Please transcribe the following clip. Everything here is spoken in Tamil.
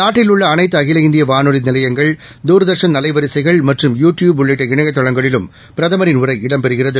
நாட்டில் உள்ள அனைத்து அகில இந்திய வானொலி நிலையங்கள் தூர்தர்ஷன் அலைவரிசைகள் மற்றும் யூ டியூப் உள்ளிட்ட இணையதளங்களிலும் பிரதமரின் உரை இடம் பெறுகிறது